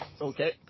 okay